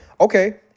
okay